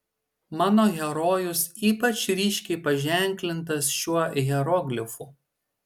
mano herojus ypač ryškiai paženklintas šiuo hieroglifu